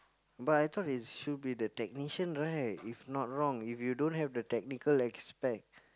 but I thought it should be the technician right if not wrong if you don't have the technical aspect